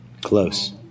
Close